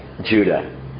Judah